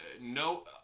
no